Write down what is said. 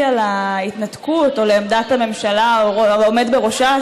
ובלי קשר לעמדתי על ההתנתקות או לעמדת הממשלה או לעומד בראשה,